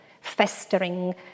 festering